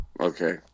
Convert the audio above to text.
okay